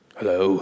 Hello